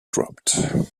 dropped